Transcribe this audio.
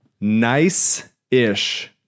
nice-ish